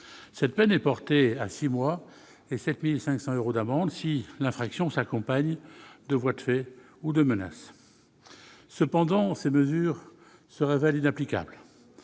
Cette peine est portée à six mois d'emprisonnement et 7 500 euros d'amende si l'infraction s'accompagne de voies de fait ou de menaces. Cependant, ces mesures se révèlent inapplicables.